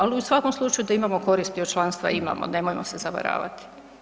Ali u svakom slučaju da imamo koristi od članstva, imamo, nemojmo se zavaravati.